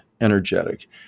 energetic